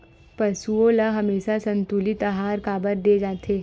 पशुओं ल हमेशा संतुलित आहार काबर दे जाथे?